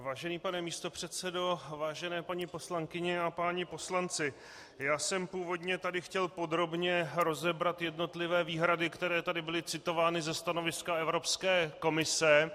Vážený pane místopředsedo, vážené paní poslankyně a páni poslanci, já jsem původně chtěl podrobně rozebrat jednotlivé výhrady, které tady byly citovány ze stanoviska Evropské komise.